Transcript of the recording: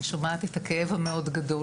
אני שומעת את הכאב המאוד גדול.